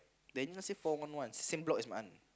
Daniel stay four one one same block as my aunt